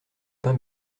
pain